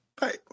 bye